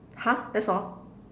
!huh! that's all